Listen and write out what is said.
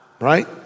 right